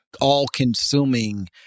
all-consuming